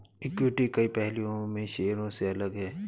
equity कई पहलुओं में शेयरों से अलग है